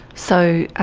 so